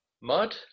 Mud